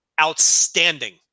outstanding